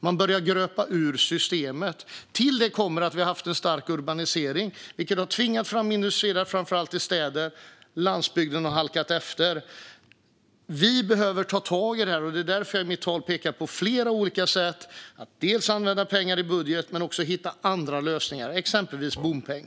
Man börjar gröpa ur systemet. Till det kommer att vi har haft en stark urbanisering, vilket har tvingat fram investeringar framför allt i städer. Landsbygden har halkat efter. Vi behöver ta tag i detta, och det var därför jag i mitt tal pekade på flera olika sätt att dels använda pengar i budget, dels hitta andra lösningar - exempelvis bompeng.